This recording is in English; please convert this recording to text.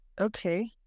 Okay